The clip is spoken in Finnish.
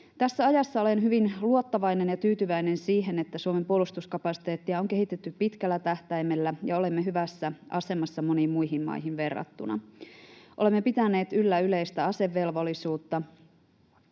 Tässä ajassa olen hyvin luottavainen ja tyytyväinen siihen, että Suomen puolustuskapasiteettia on kehitetty pitkällä tähtäimellä ja olemme hyvässä asemassa moniin muihin maihin verrattuna. Olemme pitäneet yllä yleistä asevelvollisuutta,